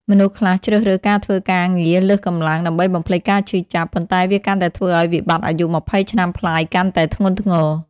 មនុស្សខ្លះជ្រើសរើសការធ្វើការងារលើសកម្លាំង ដើម្បីបំភ្លេចការឈឺចាប់ ប៉ុន្តែវាកាន់តែធ្វើឱ្យវិបត្តិអាយុ២០ ឆ្នាំប្លាយកាន់តែធ្ងន់ធ្ងរ។